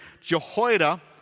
Jehoiada